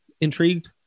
intrigued